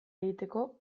egiteko